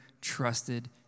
trusted